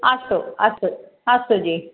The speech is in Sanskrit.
अस्तु अस्तु अस्तु जि